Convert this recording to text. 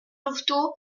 louveteaux